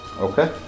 Okay